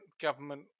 government